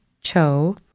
Cho